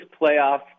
playoff